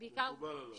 מקובל עליי, כן.